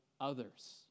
others